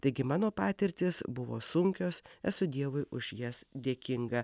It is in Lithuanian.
taigi mano patirtys buvo sunkios esu dievui už jas dėkinga